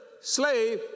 slave